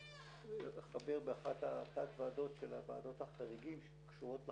חבר באחת מתתי הוועדות של ועדות החריגים שקשורות לחוק,